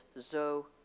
Zo